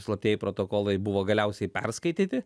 slaptieji protokolai buvo galiausiai perskaityti